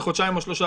זה חודשיים או שלושה,